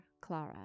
Clara